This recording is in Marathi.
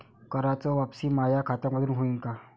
कराच वापसी माया खात्यामंधून होईन का?